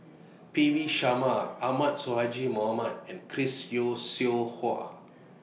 P V Sharma Ahmad Sonhadji Mohamad and Chris Yeo Siew Hua